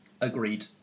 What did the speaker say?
Agreed